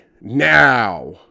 now